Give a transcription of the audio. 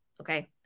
Okay